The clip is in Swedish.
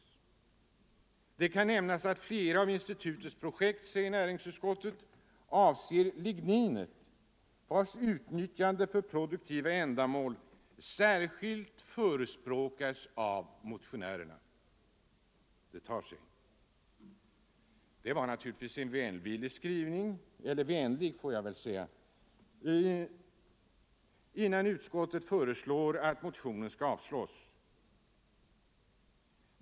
”Det kan nämnas att flera av institutets projekt avser ligninet, vars utnyttjande för produktiva ändamål särskilt förespråkas av motionärerna.” Det tar sig! Detta var naturligtvis en vänlig skrivning innan utskottet föreslog att motionen skall avslås.